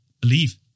believe